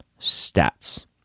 stats